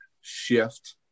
shift